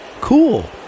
Cool